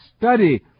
study